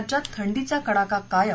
राज्यात थंडीचा कडाका कायम